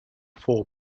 four